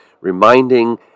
reminding